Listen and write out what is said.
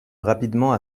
rapidement